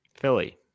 Philly